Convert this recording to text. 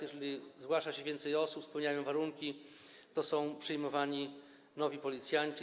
Jeśli zgłasza się więcej osób, które spełniają warunki, to są przyjmowani nowi policjanci.